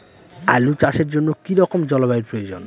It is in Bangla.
আলু চাষের জন্য কি রকম জলবায়ুর প্রয়োজন?